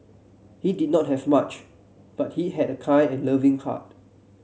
he did not have much but he had a kind and loving heart